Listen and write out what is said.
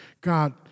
God